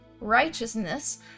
righteousness